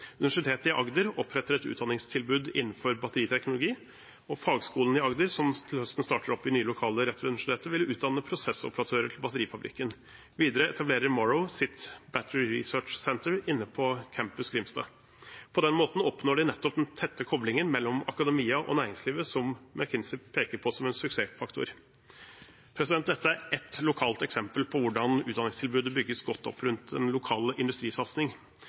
Universitetet i Agder oppretter et utdanningstilbud innenfor batteriteknologi, og fagskolen i Agder, som starter opp i nye lokaler rett ved universitetet, vil utdanne prosessoperatører til batterifabrikken. Videre etablerer Morrow sitt Battery Research Center inne på campus Grimstad. På den måten oppnår de nettopp den tette koblingen mellom akademia og næringslivet som McKinsey peker på som en suksessfaktor. Dette er ett lokalt eksempel på hvordan utdanningstilbudet bygges godt opp rundt den